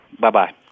Bye-bye